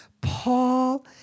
Paul